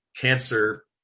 cancer